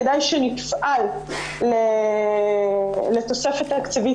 כדאי שנפעל לתוספת תקציבית,